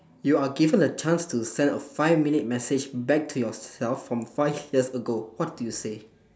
you are given a chance to send a five minute message back to yourself from five years ago what do you say